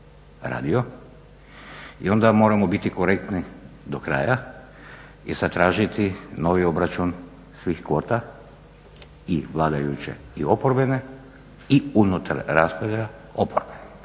i onda moramo biti korektni do kraja i zatražiti novi obračun svih kvota i vladajuće i oporbene i unutar … i onda ćemo